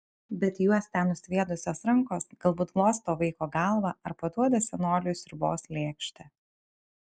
bet juos ten nusviedusios rankos galbūt glosto vaiko galvą ar paduoda senoliui sriubos lėkštę